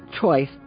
choice